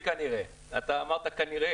בלי המילה "כנראה", אורי.